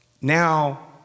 Now